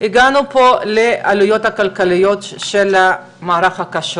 הגענו לעלויות הכלכליות של מערך הכשרות.